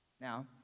Now